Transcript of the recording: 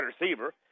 receiver